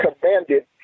commanded